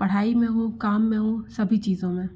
पढ़ाई में हो काम में हो सभी चीज़ों में